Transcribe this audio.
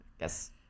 yes